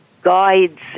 guides